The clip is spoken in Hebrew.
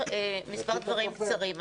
מספר דברים קצרים.